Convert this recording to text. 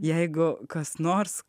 jeigu kas nors